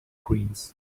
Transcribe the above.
greens